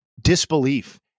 disbelief